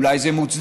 אולי זה מוצדק,